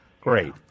Great